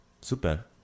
Super